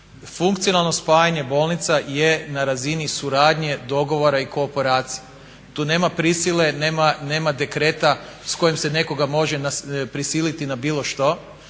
funkcionalno spajanje bolnica je na razini suradnje dogovora i kooperacija. Tu nema prisile, nema dekreta s kojim se nekoga može prisiliti na bilo što.